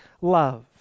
love